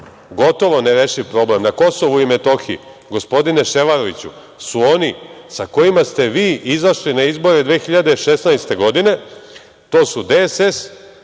gotovo nerešiv problem na Kosovu i Metohiji, gospodine Ševarliću, su oni sa kojima ste vi izašli na izbore 2016. godine, to su DSS,